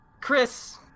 chris